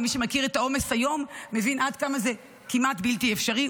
מי שמכיר את העומס היום מבין עד כמה זה כמעט בלתי אפשרי,